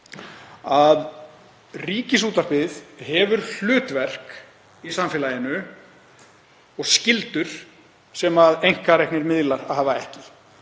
að Ríkisútvarpið hefur hlutverk í samfélaginu og skyldur sem einkareknir miðlar hafa ekki.